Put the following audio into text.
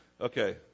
Okay